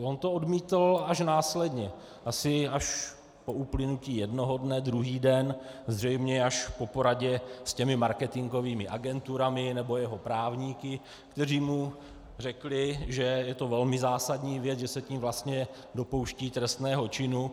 On to odmítl až následně, asi až po uplynutí jednoho dne, druhý den, zřejmě až po poradě s těmi marketingovými agenturami nebo jeho právníky, kteří mu řekli, že je to velmi zásadní věc, že se tím vlastně dopouští trestného činu.